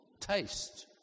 taste